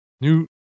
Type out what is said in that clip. new